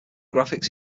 graphics